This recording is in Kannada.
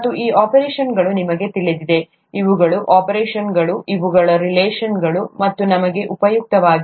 ಮತ್ತು ಈ ಆಪರೇಷನ್ಗಳು ನಿಮಗೆ ತಿಳಿದಿದೆ ಇವುಗಳು ಆಪರೇಷನ್ಗಳು ಇವುಗಳು ರಿಲೇಶನ್ಗಳು ಅವು ನಮಗೆ ಉಪಯುಕ್ತವಾಗಿವೆ